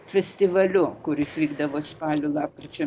festivaliu kuris vykdavo spalio lapkričio